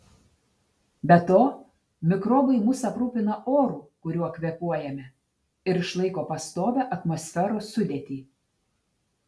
be to mikrobai mus aprūpina oru kuriuo kvėpuojame ir išlaiko pastovią atmosferos sudėtį